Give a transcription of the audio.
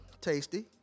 Tasty